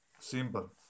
Simple